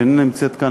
שאיננה נמצאת כאן,